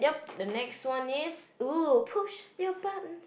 the next one is ooh push your button